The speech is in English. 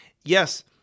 Yes